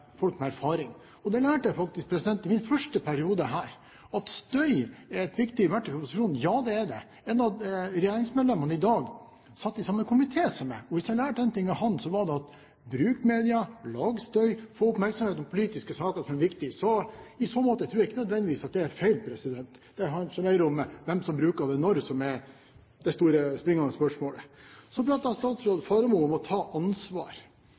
folk med erfaring. Jeg lærte faktisk i min første periode her at støy er et viktig verktøy for opposisjonen. Ja, det er det. Et av regjeringsmedlemmene i dag satt i samme komité som meg, og hvis jeg lærte en ting av ham, var det: bruk media, lag støy, få oppmerksomhet om politiske saker som er viktige. I så måte tror jeg ikke nødvendigvis at det er feil. Det handler mer om hvem som bruker det, når. Det er det store, springende spørsmålet. Så pratet statsråd Faremo om å ta ansvar